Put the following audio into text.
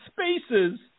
spaces